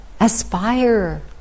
aspire